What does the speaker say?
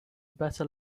better